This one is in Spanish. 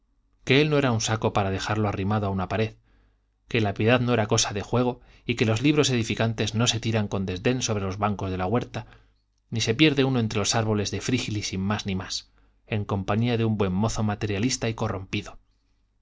que él no era un saco para dejarlo arrimado a una pared que la piedad no era cosa de juego y que los libros edificantes no se tiran con desdén sobre los bancos de la huerta ni se pierde uno entre los árboles de frígilis sin más ni más en compañía de un buen mozo materialista y corrompido